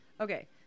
Okay